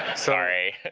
sorry.